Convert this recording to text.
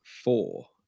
four